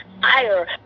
higher